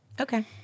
Okay